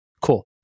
cool